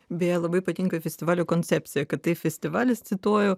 beje labai patinka festivalio koncepcija kad tai festivalis cituoju